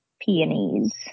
peonies